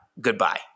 Goodbye